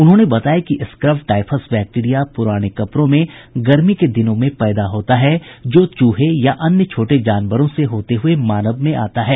उन्होंने बताया कि स्क्रब टाईफस बैक्टीरिया पुराने कपड़ों में गर्मी के दिनों में पैदा होता है जो चूहे या अन्य छोटे जानवरों से होते हुये मानव में आता है